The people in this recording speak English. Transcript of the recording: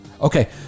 okay